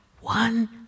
one